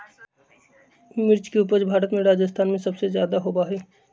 मिर्च के उपज भारत में राजस्थान में सबसे ज्यादा होबा हई